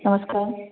नमस्कार